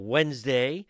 Wednesday